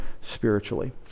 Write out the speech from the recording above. spiritually